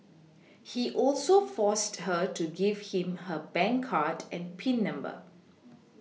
he also forced her to give him her bank card and Pin number